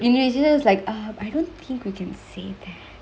invigilator is like err I don't think we can say that